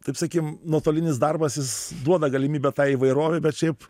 taip sakykim nuotolinis darbas jis duoda galimybę tai įvairovei bet šiaip